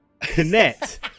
connect